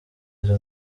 izo